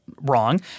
wrong